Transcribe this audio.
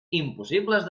impossibles